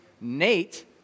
Nate